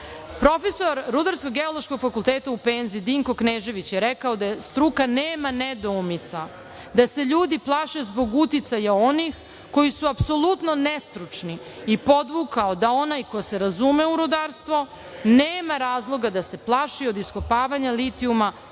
kiselinu. Profesor Rudarsko-geološkog fakulteta u penziji Dinko Knežević je rekao da struka nema nedoumica, da se ljudi plaše zbog uticaja onih koji su apsolutno nestručni i podvukao da onaj ko se razume u rudarstvo nema razloga da se plaši od iskopavanja litijuma